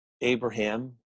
Abraham